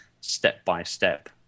step-by-step